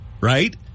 right